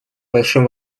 большим